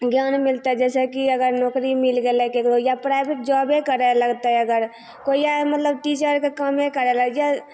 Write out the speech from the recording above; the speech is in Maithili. ज्ञान मिलतै जैसे की अगर नौकरी मिल गेलै केकरो या प्राइवेट जॉबे करए लगतै अगर कोइ मतलब टीचरके कामे करए लागि जाइ